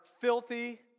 filthy